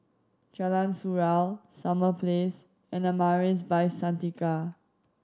Jalan Surau Summer Place and Amaris By Santika